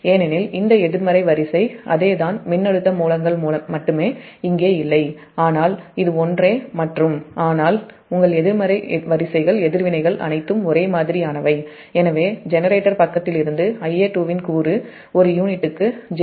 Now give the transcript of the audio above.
ஏனெனில் இந்த எதிர்மறை வரிசை அதே தான் மின்னழுத்த மூலங்கள் மட்டுமே இங்கே இல்லை ஆனால் இது ஒன்றே மற்றும் உங்கள் எதிர்மறை வரிசை எதிர்வினைகள் அனைத்தும் ஒரே மாதிரியானவை எனவே ஜெனரேட்டர் பக்கத்திலிருந்து Ia2 இன் கூறு ஒரு யூனிட்டுக்கு j0